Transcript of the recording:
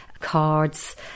cards